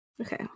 Okay